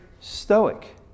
stoic